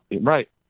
right